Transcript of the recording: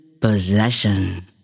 Possession